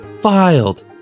Filed